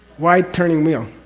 why, turning wheel?